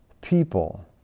people